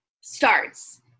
starts